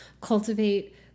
cultivate